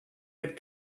had